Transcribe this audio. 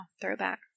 Throwback